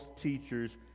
teachers